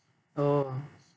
oh